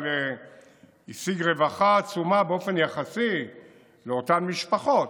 אבל השיג רווחה עצומה באופן יחסי לאותן משפחות,